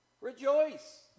rejoice